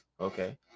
okay